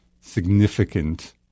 significant